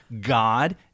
God